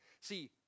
See